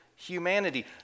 humanity